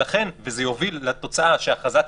וזה יוביל לתוצאה שההכרזה תתבטל,